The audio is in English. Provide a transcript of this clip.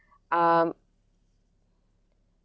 um